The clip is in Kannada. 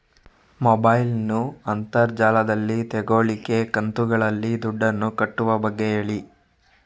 ಮೊಬೈಲ್ ನ್ನು ಅಂತರ್ ಜಾಲದಲ್ಲಿ ತೆಗೋಲಿಕ್ಕೆ ಕಂತುಗಳಲ್ಲಿ ದುಡ್ಡನ್ನು ಕಟ್ಟುವ ಬಗ್ಗೆ ಹೇಳಿ